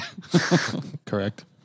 Correct